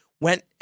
went